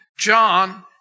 John